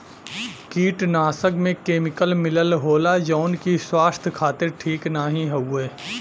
कीटनाशक में केमिकल मिलल होला जौन की स्वास्थ्य खातिर ठीक नाहीं हउवे